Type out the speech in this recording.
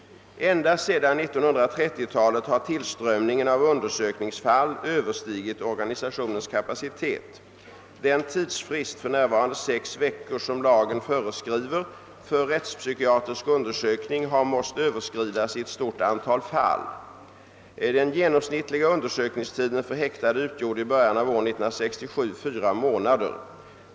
Ända sedan 1930-talet har tillströmningen av undersökningsfall överstigit organisationens kapacitet. Den tidsfrist — för närvarande sex veckor — som lagen föreskriver för rättspsykiatrisk undersökning har måst överskridas i ett stort antal fall. Den genomsnittliga undersökningstiden för häktade utgjorde i början av år 1967 fyra månader.